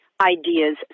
ideas